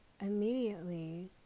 immediately